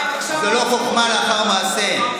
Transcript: רק עכשיו, זו לא חוכמה לאחר מעשה.